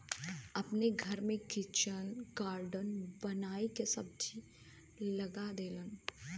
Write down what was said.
अपने घर में किचन गार्डन बनाई के सब्जी लगा देलन